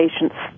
patients